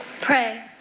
Pray